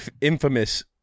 infamous